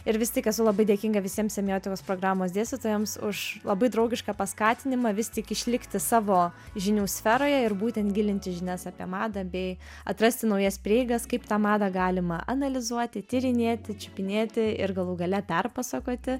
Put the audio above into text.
ir vis tik esu labai dėkinga visiems semiotikos programos dėstytojams už labai draugišką paskatinimą vis tik išlikti savo žinių sferoje ir būtent gilinti žinias apie madą bei atrasti naujas prieigas kaip tą madą galima analizuoti tyrinėti čiupinėti ir galų gale perpasakoti